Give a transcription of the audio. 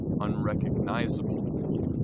unrecognizable